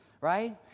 Right